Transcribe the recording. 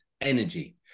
energy